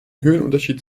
höhenunterschied